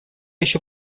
еще